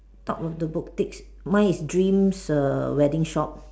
top of the boutique mine is dreams err wedding shop